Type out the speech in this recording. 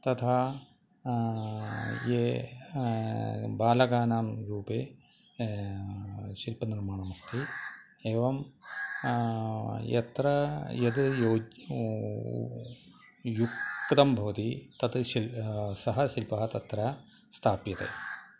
तथा ये बालकानां रूपेण शिल्पनिर्माणम् अस्ति एवं यत्र यत् योज् युक्तं भवति तत् शिल्पः सः शिल्पः तत्र स्थाप्यते